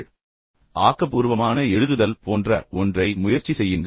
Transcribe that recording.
அல்லது ஆக்கபூர்வமான எழுதுதல் போன்ற வேறு ஏதாவது ஒன்றை முயற்சி செய்யுங்கள்